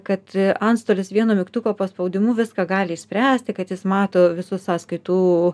kad antstolis vienu mygtuko paspaudimu viską gali išspręsti kad jis mato visus sąskaitų